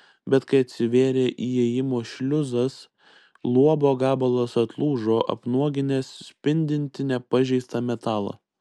bet kai atsivėrė įėjimo šliuzas luobo gabalas atlūžo apnuoginęs spindintį nepažeistą metalą